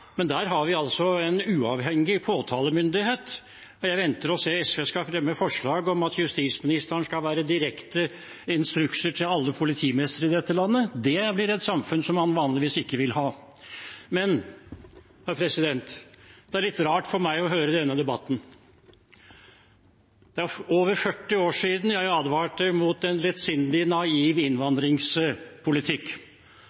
men der har vi en uavhengig påtalemyndighet. Jeg venter på at SV skal fremme forslag om at justisministeren skal gi direkte instrukser til alle politimestere i dette landet. Det blir et samfunn som man vanligvis ikke vil ha. Det er litt rart for meg å høre denne debatten. Det er over 40 år siden jeg advarte mot en lettsindig og naiv